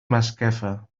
masquefa